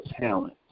talent